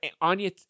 Anya